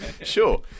Sure